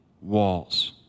Walls